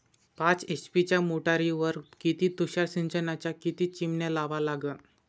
पाच एच.पी च्या मोटारीवर किती तुषार सिंचनाच्या किती चिमन्या लावा लागन?